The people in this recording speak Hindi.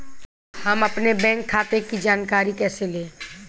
हम अपने बैंक खाते की जानकारी कैसे लें?